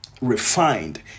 refined